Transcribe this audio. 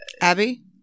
Abby